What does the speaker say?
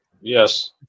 Yes